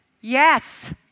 yes